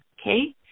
Okay